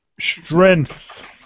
Strength